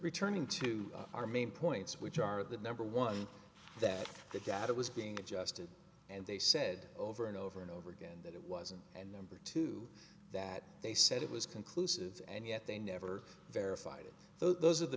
returning to our main points which are that number one that the data was being adjusted and they said over and over and over again that it wasn't and number two that they said it was conclusive and yet they never verified it though those are the